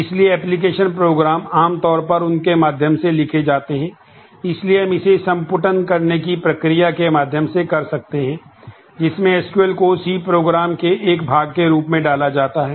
तो अब हम यह देखेंगे कि इसे कैसे करना है